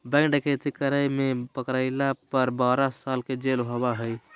bank डकैती कराय में पकरायला पर बारह साल के जेल होबा हइ